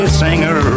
singer